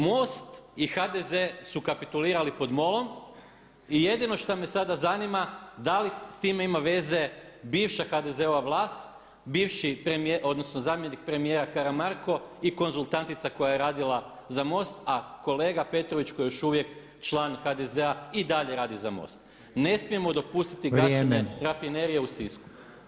MOST i HDZ su kapitulirali pod MOL-om i jedino šta me sada zanima da li s time ima veze bivša HDZ-ova vlast, bivši, odnosno zamjenik premijera Karamarko i konzultantica koja je radila za MOST, a kolega Perović koji je još uvijek član HDZ-a i dalje radi za MOST [[Upadica Reiner: Vrijeme.]] Ne smijemo dopustiti gašenje Rafinerije u Sisku.